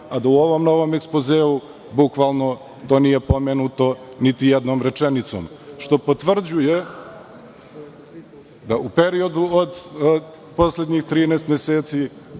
a da u ovom novom ekspozeu to nije pomenuto niti jednom rečenicom. Što potvrđuje da u periodu od poslednjih 13 meseci